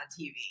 TV